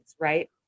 right